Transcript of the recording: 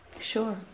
Sure